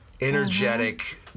energetic